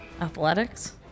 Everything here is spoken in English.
Athletics